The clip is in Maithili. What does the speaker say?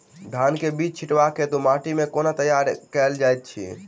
धान केँ बीज छिटबाक हेतु माटि केँ कोना तैयार कएल जाइत अछि?